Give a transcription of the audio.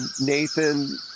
Nathan